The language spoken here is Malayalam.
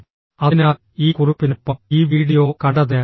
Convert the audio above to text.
അതിനാൽ ഈ കുറിപ്പിനൊപ്പം ഈ വീഡിയോ കണ്ടതിന് നന്ദി